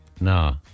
No